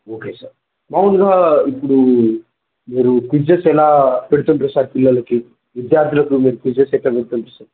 okay sir మాములుగా ఇప్పుడు మీరు క్విజెస్ ఎలా పెడుతుంటారు సార్ పిల్లలకి విద్యార్థులకు మీరు క్విజెస్ ఎలా పెడుతుంటారు సార్